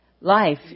life